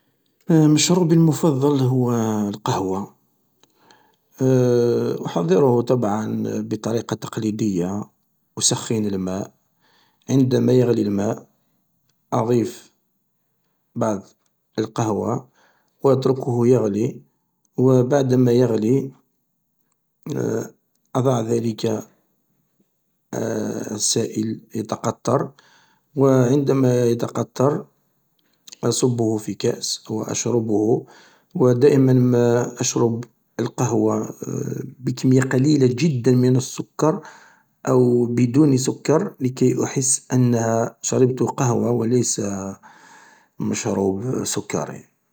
مشروبي المفضل هو القهوة أحضره طبعا بطريقة تقليدية أسخن الماء عندما يغلي الماء أضيف بعض القهوة و اتركه يغلب و بعدما يغلي أضع ذلك السائل يتقطر و عندما يتقطر أصبه في كاس او أشربه و دائما ما أشرب القهوة بكمية قليلة جدا من السكر أو بدون سكر لكي أحس أنها شربت قهوة و ليس مشروب سكري.